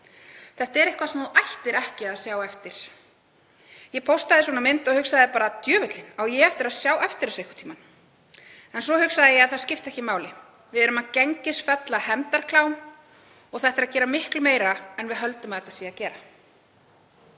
„Þetta er eitthvað sem þú ættir ekki að sjá eftir. Ég póstaði svona mynd og hugsaði bara: Djöfullinn, á ég eftir að sjá eftir þessu einhvern tímann? En svo hugsaði ég að það skipti ekki máli. Við erum að gengisfella hefndarklám og þetta er að gera miklu meira en við höldum að þetta sé að gera.“